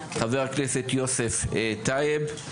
חבר הכנסת יוסף טייב.